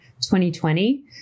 2020